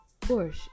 Porsche